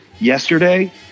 yesterday